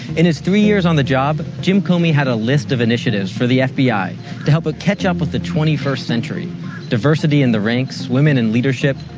in his three years on the job, jim comey had a list of initiatives for the fbi to help it ah catch up with the twenty first century diversity in the ranks, women in leadership,